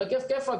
על הכיף כיפאק,